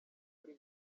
muri